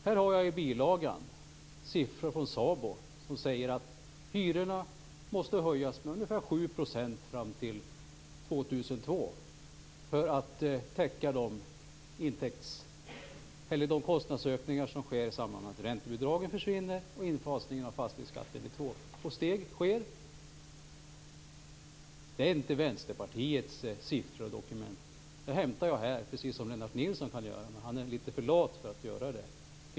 Här i bilagan har jag siffror från SABO som säger att hyrorna måste höjas med ungefär 7 % fram till 2002 för att täcka de kostnadsökningar som sker i samband med att räntebidragen försvinner och infasningen av fastighetsskatten sker i två steg. Det är inte Västerpartiets siffror och dokument. Det hämtar jag här, precis som Lennart Nilsson kan göra, men han är tydligen litet för lat för att göra det.